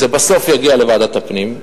זה יגיע בסוף לוועדת הפנים.